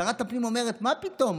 שרת הפנים אומרת: מה פתאום,